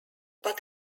but